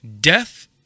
Death